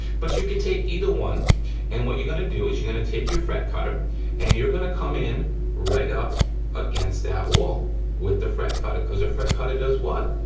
but, you can take either one and what you're gonna do is you're gonna take your fret cutter and you're gonna come in right up against that wall with the fret cutter, cause the fret cutter does what?